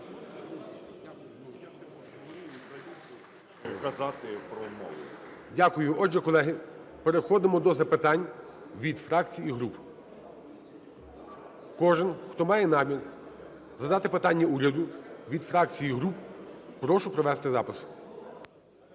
Дякую. Отже, колеги, переходимо до запитань від фракцій і груп. Кожен, хто має намір задати питання уряду від фракцій і груп, прошу провести запис.